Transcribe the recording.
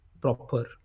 proper